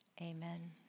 amen